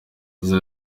yagize